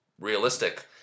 realistic